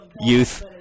youth